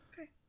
okay